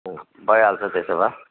अँ भइहाल्छ त्यसो भए